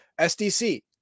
SDC